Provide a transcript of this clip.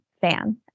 fan